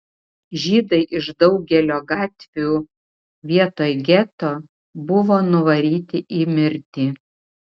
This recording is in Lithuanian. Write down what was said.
žydai iš daugelio gatvių vietoj geto buvo nuvaryti į mirtį